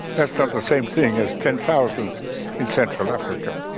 that's not the same thing as ten thousand in central africa.